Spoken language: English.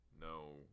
No